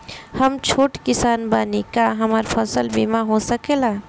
हम छोट किसान बानी का हमरा फसल बीमा हो सकेला?